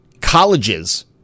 colleges